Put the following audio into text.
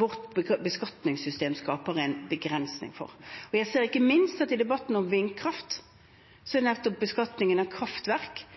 vårt beskatningssystem skaper en begrensning for. Jeg ser ikke minst at i debatten om vindkraft er det nettopp beskatningen av kraftverk